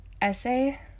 essay